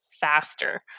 Faster